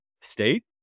state